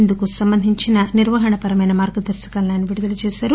ఇందుకు సంబంధించిన నిర్వహణ పరమైన మార్గదర్భకాలను ఆయన విడుదల చేశారు